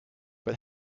but